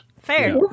Fair